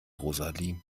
rosalie